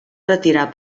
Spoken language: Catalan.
retirar